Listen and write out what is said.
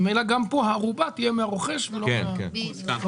ממילא גם פה הערובה תהיה מהרוכש ולא מהמוכר.